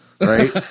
Right